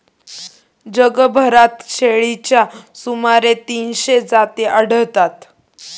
जगभरात शेळ्यांच्या सुमारे तीनशे जाती आढळतात